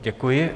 Děkuji.